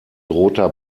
roter